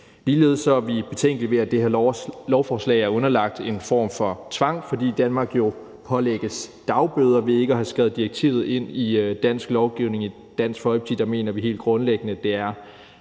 Ligeledes er vi betænkelige ved, at det her lovforslag er underlagt en form for tvang, fordi Danmark jo pålægges dagbøder for ikke at have skrevet direktivet ind i dansk lovgivning. I Dansk Folkeparti mener vi helt grundlæggende, at det er